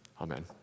Amen